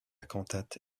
cantate